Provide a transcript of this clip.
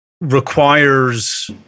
requires